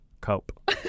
cope